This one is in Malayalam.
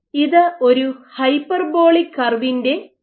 ഇത് ഒരു ഹൈപ്പർബോളിക് കർവിന്റെ ഉദാഹരണമാണ്